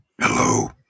Hello